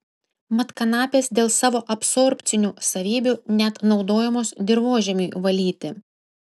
mat kanapės dėl savo absorbcinių savybių net naudojamos dirvožemiui valyti